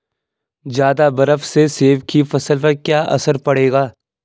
ज़्यादा बर्फ से सेब की फसल पर क्या असर पड़ेगा?